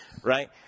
Right